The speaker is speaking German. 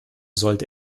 sollte